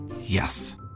Yes